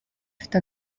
afite